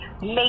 make